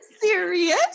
serious